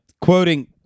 quoting